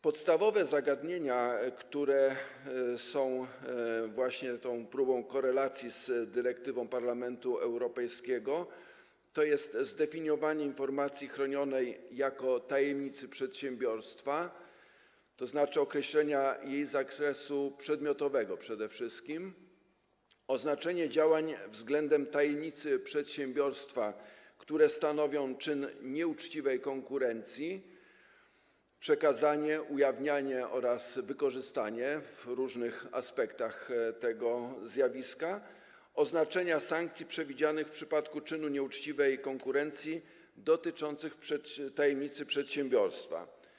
Podstawowe zagadnienia, które są właśnie próbą skorelowania tego z dyrektywą Parlamentu Europejskiego, to: zdefiniowanie informacji chronionej jako tajemnicy przedsiębiorstwa, tzn. przede wszystkim określenie jej zakresu przedmiotowego; oznaczenie działań względem tajemnicy przedsiębiorstwa, które stanowią czyn nieuczciwej konkurencji (przekazanie, ujawnienie oraz wykorzystanie) w różnych aspektach tego zjawiska; oznaczenie sankcji przewidzianych w przypadkach popełnienia czynu nieuczciwej konkurencji dotyczących tajemnicy przedsiębiorstwa.